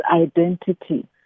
identity